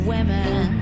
women